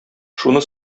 шуны